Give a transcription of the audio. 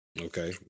Okay